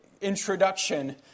introduction